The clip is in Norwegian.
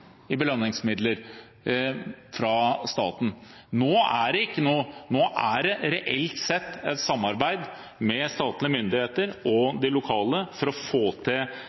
i belønningsmidler fra staten. Nå er det reelt sett et samarbeid mellom statlige og lokale myndigheter for å få til